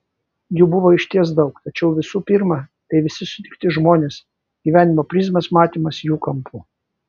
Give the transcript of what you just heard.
jų buvo išties daug tačiau visų pirma tai visi sutikti žmonės gyvenimo prizmės matymas jų kampu